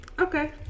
Okay